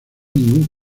ningún